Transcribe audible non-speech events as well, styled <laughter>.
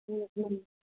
<unintelligible>